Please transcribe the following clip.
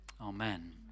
Amen